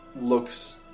looks